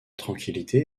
tranquillité